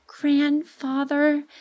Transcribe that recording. Grandfather